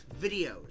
videos